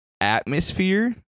atmosphere